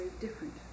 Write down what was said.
different